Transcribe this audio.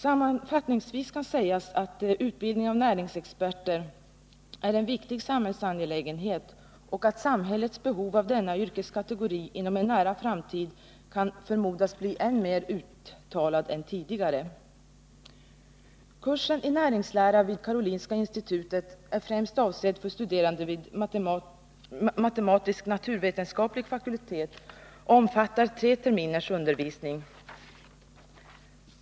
Sammanfattningsvis kan sägas att utbildningen av näringsexperter är en viktig samhällsangelägenhet och att samhällets behov av denna yrkeskategori inom en nära framtid kan förmodas bli än mer uttalat. Kursen i näringslära vid Karolinska institutet är främst avsedd för de studerande vid matematisk-naturvetenskaplig fakultet och omfattar tre terminers undervisning.